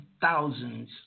thousands